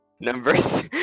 Number